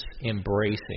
embracing